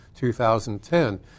2010